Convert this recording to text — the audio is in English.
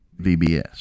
VBS